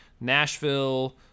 Nashville